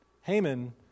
Haman